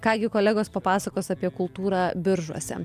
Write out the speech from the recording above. ką gi kolegos papasakos apie kultūrą biržuose